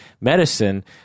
medicine